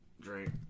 Drink